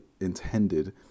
intended